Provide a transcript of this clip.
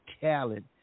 talent